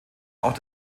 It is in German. auch